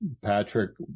Patrick